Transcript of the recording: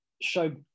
show